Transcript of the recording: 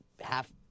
half